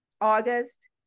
August